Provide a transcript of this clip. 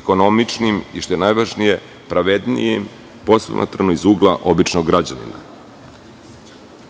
ekonomičnim, i što je najvažnije pravednijim, posmatrano iz ugla običnog građanina. Zbog